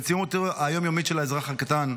המציאות היום-יומית של האזרח הקטן,